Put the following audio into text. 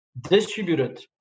distributed